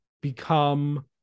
become